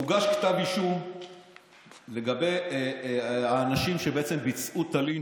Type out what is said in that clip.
שהוגש כתב אישום נגד האנשים שבעצם ביצעו את הלינץ'